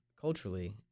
culturally